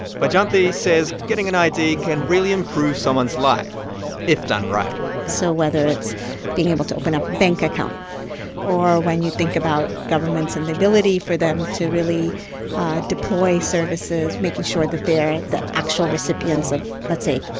vyjayanti says getting an id can really improve someone's life if done right so whether it's being able to open up a bank account or when you think about governments and the ability for them to really deploy services, making sure that they're the actual recipients of, let's say,